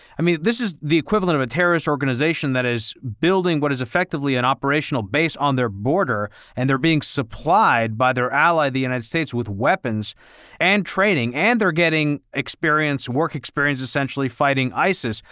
i mean, this is the equivalent of a terrorist organization that is building what is effectively an operational base on their border and they're being supplied by their ally, the united states with weapons and training and they're getting work experience essentially fighting isis.